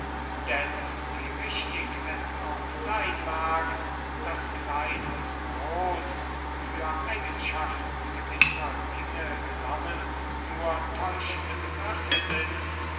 denn wie richtig es auch seyn mag daß klein und groß für eigenschaften gewisser dinge genommen nur täuschende begriffe sind